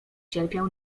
cierpiał